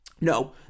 No